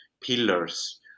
pillars